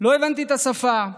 לא הבנתי את השפה,